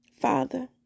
Father